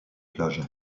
plage